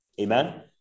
amen